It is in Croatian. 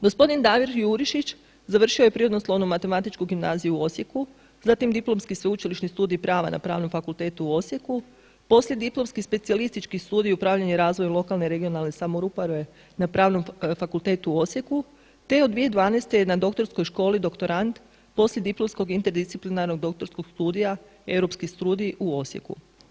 Gospodin Dario Jurišić završio je Prirodoslovno-matematičku gimnaziju u Osijeku, zatim diplomski sveučilišni studij prava na Pravnom fakultetu u Osijeku, poslijediplomski specijalistički studij upravljanja i razvoja lokalne i regionalne samouprave na Pravnom fakultetu u Osijeku, te od 2012. godini je na doktorskoj školi doktorand poslijediplomskog interdisciplinarnog doktorskog studija, europski studij u Osijeku.